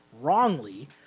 wrongly